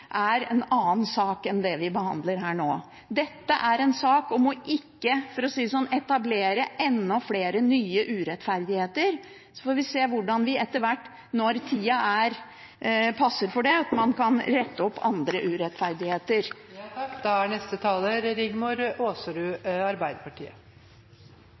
er en annen sak enn det vi behandler her nå. Dette er en sak om ikke – for å si det sånn – å etablere enda flere nye urettferdigheter. Så får vi se hvordan man etter hvert, når tida passer for det, kan rette opp andre urettferdigheter.